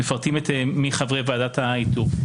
מפרטים מי חברי ועדת האיתור.